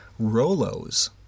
Rolos